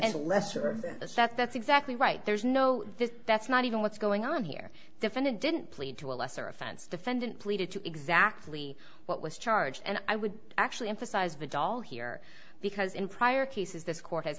that that's exactly right there's no this that's not even what's going on here defendant didn't plead to a lesser offense defendant pleaded to exactly what was charged and i would actually emphasize the doll here because in prior cases this court ha